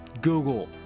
Google